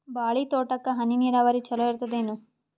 ಬಾಳಿ ತೋಟಕ್ಕ ಹನಿ ನೀರಾವರಿ ಚಲೋ ಇರತದೇನು?